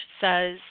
says